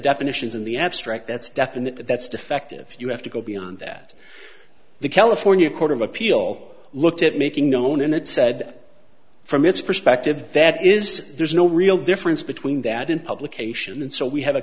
definitions in the abstract that's definite that's defective you have to go beyond that the california court of appeal looked at making known and it said from its perspective that is there's no real difference between that and publication and so we have a